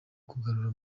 kugarura